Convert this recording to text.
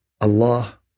Allah